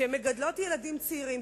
שמגדלות ילדים צעירים,